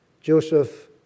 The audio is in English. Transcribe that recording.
Joseph